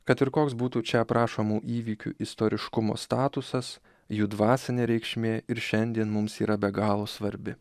kad ir koks būtų čia aprašomų įvykių istoriškumo statusas jų dvasinė reikšmė ir šiandien mums yra be galo svarbi